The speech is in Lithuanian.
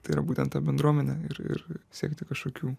tai yra būtent ta bendruomenė ir ir siekti kažkokių